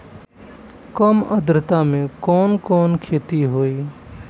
कम आद्रता में कवन कवन खेती होई?